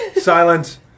Silence